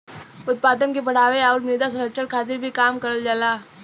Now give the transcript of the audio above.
उत्पादन के बढ़ावे आउर मृदा संरक्षण खातिर भी काम करल जाला